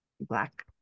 Black